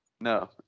No